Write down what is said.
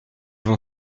vont